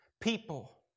people